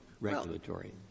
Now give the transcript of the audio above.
regulatory